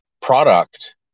product